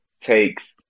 takes